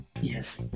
Yes